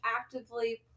actively